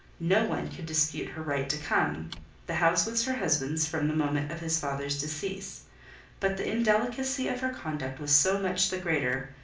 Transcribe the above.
no one could dispute her right to come the house was her husband's from the moment of his father's decease but the indelicacy of her conduct was so much the greater,